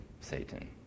Satan